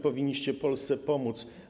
Powinniście Polsce pomóc.